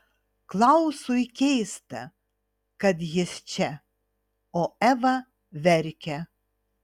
klausui keista kad jis čia o eva verkia